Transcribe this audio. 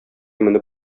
менеп